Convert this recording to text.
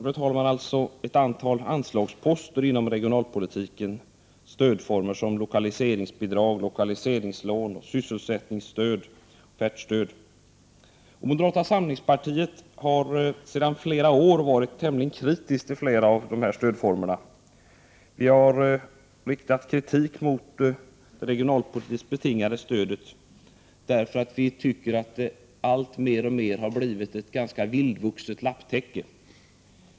Fru talman! Betänkandet behandlar ett antal anslagsposter inom regionalpolitiken: anslag till stödformer som lokaliseringsbidrag, lokaliseringslån, sysselsättningsstöd och offertstöd. Moderata samlingspartiet är sedan flera år tillbaka tämligen kritiskt inställt till flera av dessa stödformer. Vi har riktat kritik mot det regionalpolitiskt betingade stödet, därför att vi tycker att detta alltmer blivit ett ganska vildvuxet lapptäcke.